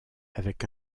avec